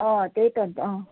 अँ त्यही त अन्त अँ